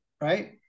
right